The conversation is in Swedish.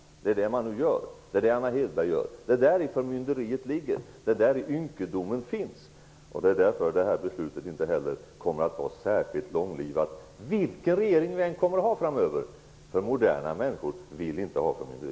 Det är det Anna Hedborg nu gör. Det är däri förmynderiet ligger. Det är däri ynkedomen finns. Det är därför detta beslut inte kommer att vara särskilt långlivat, vilken regering vi än kommer att ha framöver. Moderna människor vill inte ha förmynderi.